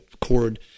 cord